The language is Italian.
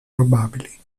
probabili